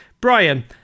Brian